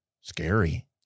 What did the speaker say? scary